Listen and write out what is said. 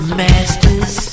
masters